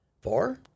Four